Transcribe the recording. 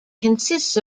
consists